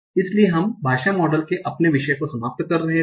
इसलिए हम भाषा मॉडल के अपने विषय को समाप्त कर रहे थे